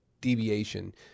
deviation